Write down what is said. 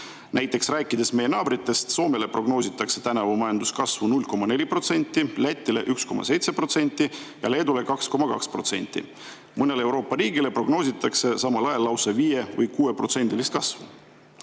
Näiteks, rääkides meie naabritest, Soomele prognoositakse tänavu majanduskasvu 0,4%, Lätile 1,7% ja Leedule 2,2%. Mõnele Euroopa riigile prognoositakse samal ajal lausa 5%‑list või